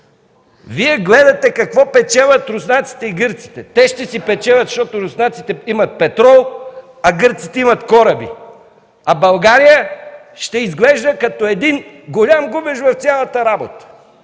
Вие гледате какво печелят руснаците и гърците. Те ще си печелят, защото руснаците имат петрол, а гърците имат кораби, а България ще изглежда като един голям губещ в цялата работа.